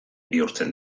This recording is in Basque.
bihurtzen